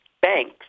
banks